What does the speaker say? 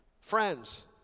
Friends